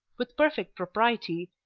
with perfect propriety,